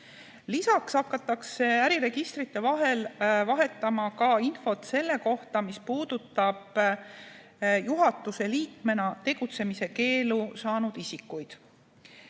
Lisaks hakatakse äriregistrite vahel vahetama infot selle kohta, mis puudutab juhatuse liikmena tegutsemise keelu saanud isikuid.